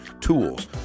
tools